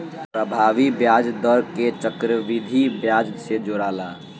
प्रभावी ब्याज दर के चक्रविधि ब्याज से जोराला